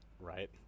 Right